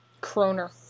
Kroner